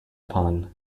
upon